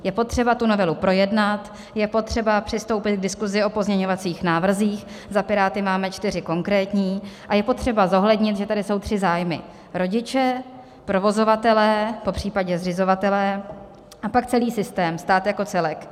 Je potřeba tu novelu projednat, je potřeba přistoupit k diskusi o pozměňovacích návrzích, za Piráty máme čtyři konkrétní, a je potřeba zohlednit, že tady jsou tři zájmy: rodiče, provozovatelé, popřípadě zřizovatelé, a pak celý systém, stát jako celek.